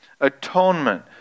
Atonement